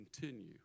continue